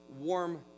warm